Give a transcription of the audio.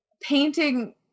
painting